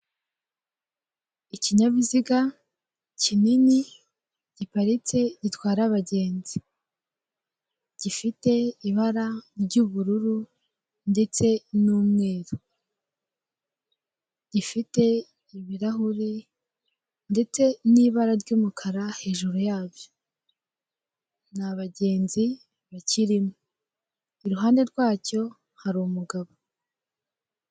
Ikinyabiziga kinini giparitse, gitwara abagenzi, gifite ibara ry'ubururu ndetse n'umweru. Gifite ibirahure ndetse n'ibara ry'umukara hejuru yabyo nta bagenzi bakirimo, iruhande rwacyo hari umugabo.